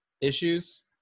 issues